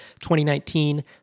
2019